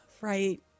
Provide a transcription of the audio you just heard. Right